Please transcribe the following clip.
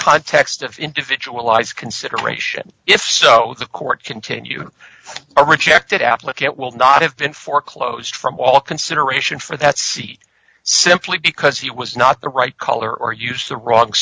context of individual lives consideration if so the court continue to reject it affleck it will not have been foreclosed from all consideration for that seat simply because he was not the right color or used the wrong